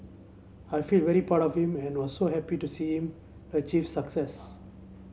I feel very proud of him and was so happy to see him achieve success